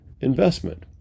investment